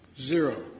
Zero